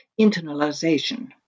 internalization